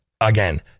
Again